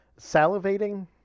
salivating